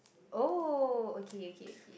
oh okay okay okay